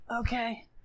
Okay